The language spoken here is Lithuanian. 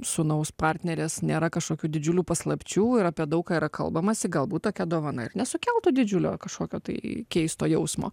sūnaus partnerės nėra kažkokių didžiulių paslapčių ir apie daug ką yra kalbamasi galbūt tokia dovana ir nesukeltų didžiulio kažkokio tai keisto jausmo